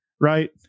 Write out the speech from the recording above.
right